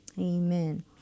Amen